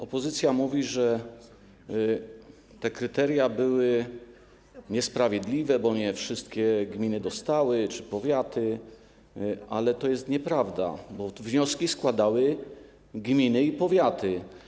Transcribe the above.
Opozycja mówi, że te kryteria były niesprawiedliwe, bo nie wszystkie gminy czy powiaty dostały, ale to jest nieprawda, bo wnioski składały gminy i powiaty.